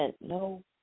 no